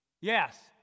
Yes